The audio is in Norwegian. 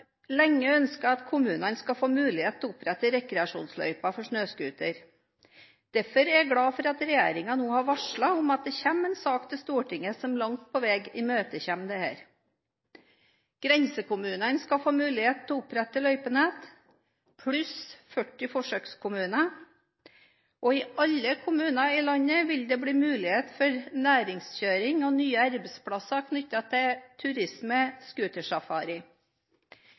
lenge ønsket at kommunene skal få mulighet til å opprette rekreasjonsløyper for snøscootere. Derfor er jeg glad for at regjeringen nå har varslet at det kommer en sak til Stortinget som langt på vei imøtekommer dette. Grensekommunene skal få mulighet til å opprette løypene, pluss 40 forsøkskommuner. I alle kommuner i landet vil det bli mulighet for næringskjøring og nye arbeidsplasser knyttet til turisme